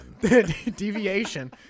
Deviation